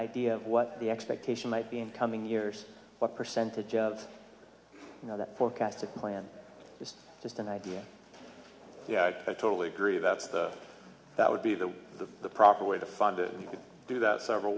idea of what the expectation might be in coming years what percentage of you know that forecast a plan is just an idea i totally agree about stuff that would be the the proper way to fund it and you could do that several